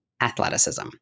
athleticism